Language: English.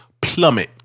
plummet